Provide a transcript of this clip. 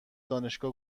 دانشگاه